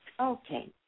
Okay